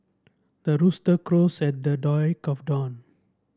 the rooster crows at the of dawn